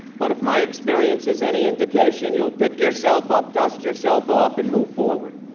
but if my experience is any indication, you'll pick yourself up, dust yourself off, and move forward,